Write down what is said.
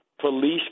police